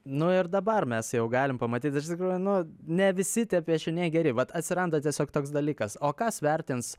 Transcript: nu ir dabar mes jau galim pamatyt iš tikrųjų nu ne visi tie piešiniai geri vat atsiranda tiesiog toks dalykas o kas vertins